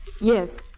Yes